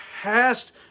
past